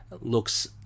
looks